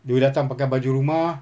you datang pakai baju rumah